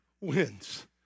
wins